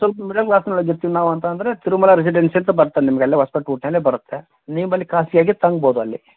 ಸ್ವಲ್ಪ ಮಿಡಲ್ ಕ್ಲಾಸ್ನೊಳಗೆ ಇರ್ತೀವಿ ನಾವು ಅಂತಂದರೆ ತಿರುಮಲ ರೆಸಿಡೆನ್ಸಿ ಅಂತ ಬರ್ತದೆ ನಿಮ್ಗೆ ಅಲ್ಲೆ ಬರುತ್ತೆ ನೀವು ಅಲ್ಲಿ ಕಾಸಿಯಾಗಿ ತಂಗ್ಬೌದು ಅಲ್ಲಿ